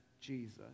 Jesus